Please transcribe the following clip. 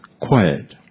quiet